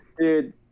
Dude